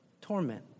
torment